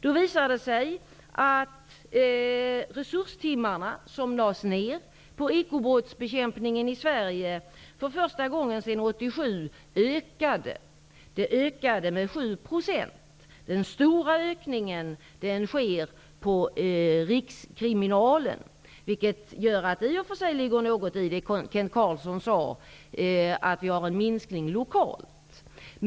Det har visat sig att de resurstimmar som lades ner på ekobrottsbekämpningen i Sverige ökade för första gången sedan 1987. Ökningen var 7 %. Den stora ökningen sker på rikskriminalen, vilket gör att det i och för sig ligger något i vad Kent Carlsson sade om att vi har en minskning lokalt.